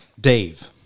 Dave